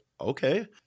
okay